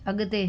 अॻिते